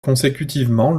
consécutivement